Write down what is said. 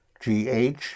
G-H